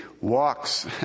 walks